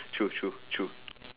true true true